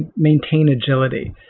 and maintain agility.